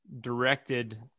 directed